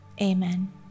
Amen